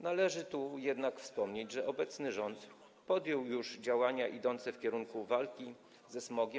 Należy tu jednak wspomnieć, że obecny rząd podjął już działania idące w kierunku walki ze smogiem.